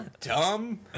dumb